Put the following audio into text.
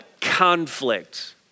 conflict